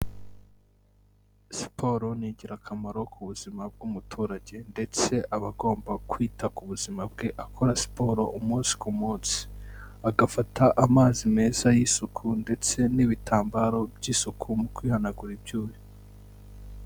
Siporo ni ingirakamaro ku buzima bw'umuturage ndetse aba agomba kwita ku buzima bwe akora siporo umunsi ku munsi agafata amazi meza y'isuku ndetse n'ibitambaro by'isuku mu kwihanagura ibyuya.